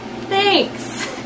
Thanks